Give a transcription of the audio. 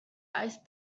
ice